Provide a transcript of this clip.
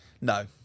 No